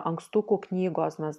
ankstukų knygos mes